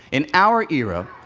in our era,